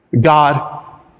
God